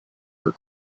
her